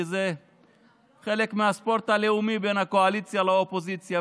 כי זה חלק מהספורט הלאומי בין הקואליציה לאופוזיציה,